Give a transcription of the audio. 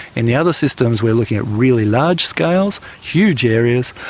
in the other systems we're looking at really large scales, huge areas,